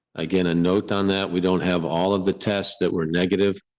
again, a note on that. we don't have all of the tests that were negative,